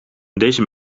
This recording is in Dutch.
deze